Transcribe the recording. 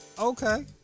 okay